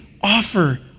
offer